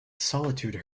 solitude